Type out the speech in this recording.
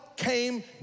came